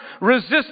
Resist